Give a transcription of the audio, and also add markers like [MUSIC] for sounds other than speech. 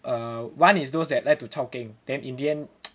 uh one is those that like to chao keng then in the end [NOISE]